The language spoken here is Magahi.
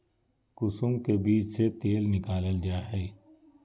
कुसुम के बीज से तेल निकालल जा हइ